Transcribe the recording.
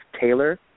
taylor